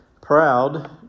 proud